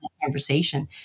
conversation